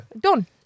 Done